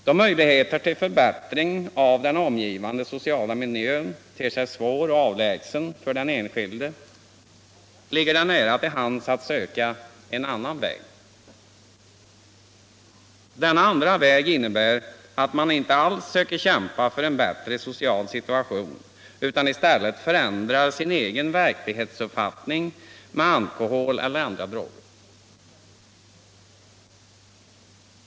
Då möjligheten till förbättring av den omgivande sociala miljön ter sig avlägsen för den enskilde, ligger det nära till hands att söka en annan väg. Denna andra väg innebär att man inte alls försöker kämpa för en bättre social situation utan i stället förvänder sin egen verklighetsuppfattning med alkohol eller andra droger.